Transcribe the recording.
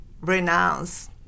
renounce